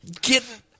Get